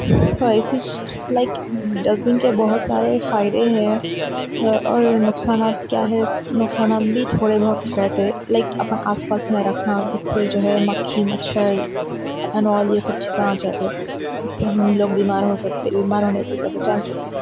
تو ایسیچ like dustbin کے بہت سارے فائدے ہیں اور نقصانات کیا ہے نقصانات بھی تھوڑے بہت رہتے لائک اپن آس پاس نہیں رکھنا اس سے جو ہے مکھی مچھر این آل یہ سب چیزاں آ جاتے اس سے ہم لوگ بیمار ہو سکتے بیمار ہونے کے زیادہ چانسز ہوتے